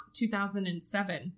2007